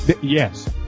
yes